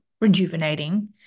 rejuvenating